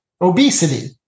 obesity